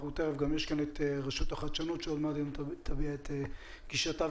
גם יש כאן את רשות החדשנות שתביע את גישתה,